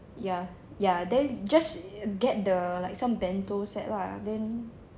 ya ya then just get the like some bento set lah then